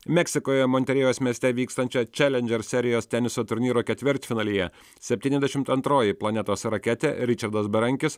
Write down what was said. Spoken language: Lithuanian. meksikoje montevidėjaus mieste vykstančio čelendžer serijos teniso turnyro ketvirtfinalyje septyniasdešimt antroji planetos raketė ričardas berankis